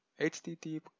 HTTP